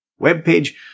webpage